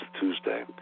Tuesday